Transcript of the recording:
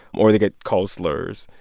or they get called slurs.